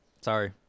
Sorry